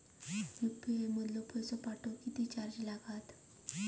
UPI मधलो पैसो पाठवुक किती चार्ज लागात?